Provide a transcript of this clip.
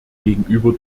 gegenüber